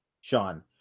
Sean